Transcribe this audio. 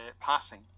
passing